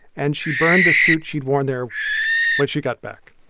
and she burned the suit she'd worn there when she got back.